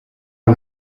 een